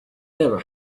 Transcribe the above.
never